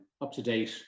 up-to-date